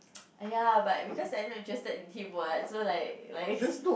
ya but because I'm not interested in him what so like like